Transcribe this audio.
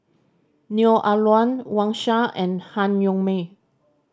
Neo Ah Luan Wang Sha and Han Yong May